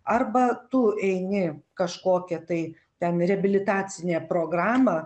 arba tu eini kažkokią tai ten reabilitacinę programą